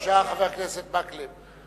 בבקשה, חבר הכנסת מקלב.